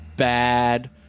Bad